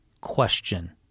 question